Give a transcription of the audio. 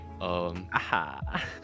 aha